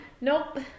Nope